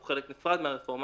הוא חלק נפרד מהרפורמה,